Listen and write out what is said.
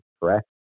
correct